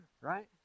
right